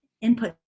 input